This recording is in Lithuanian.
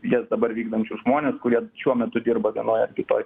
jas dabar vykdančius žmones kurie šiuo metu dirba vienoj ar kitoj